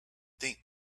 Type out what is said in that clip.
think